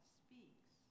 speaks